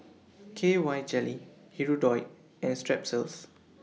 K Y Jelly Hirudoid and Strepsils